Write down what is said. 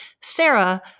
Sarah